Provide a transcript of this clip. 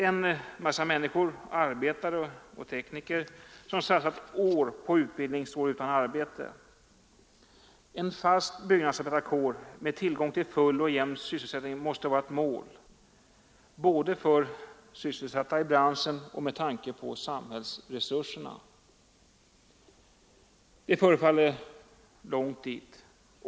En massa människor, arbetare och tekniker, som satsat år på utbildning, står utan arbete. En fast byggnadsarbetarkår med tillgång till full och jämn sysselsättning måste vara ett mål — både för sysselsatta i branschen och med tanke på samhällsresurserna. Det förefaller långt dit.